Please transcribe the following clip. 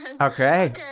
Okay